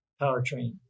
powertrain